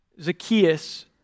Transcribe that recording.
Zacchaeus